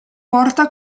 porta